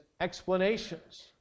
explanations